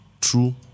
true